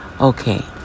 okay